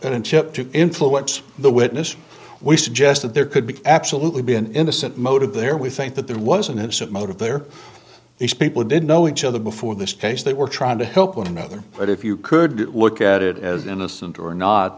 to influence the witness we suggest that there could be absolutely be an innocent motive there we think that there was an innocent motive there these people didn't know each other before this case they were trying to help one another but if you could look at it as innocent or not